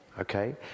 Okay